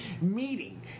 Meeting